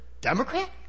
Democrat